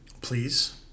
Please